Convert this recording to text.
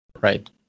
Right